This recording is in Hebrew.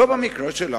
לא במקרה שלנו,